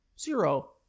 Zero